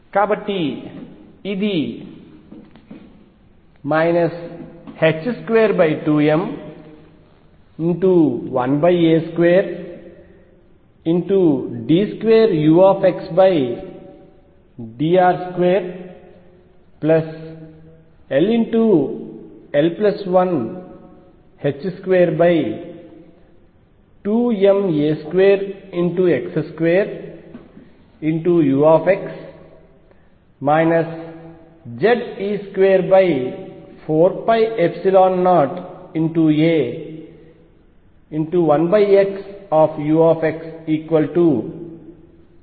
కాబట్టి ఇది 22m1a2d2uxdr2 ll122ma2x2u Ze24π0a1xu |E|u అవుతుంది